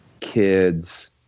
kids